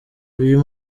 uyu